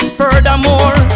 furthermore